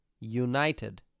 united